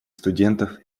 студентов